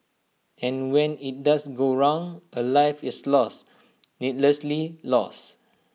and when IT does go wrong A life is lost needlessly lost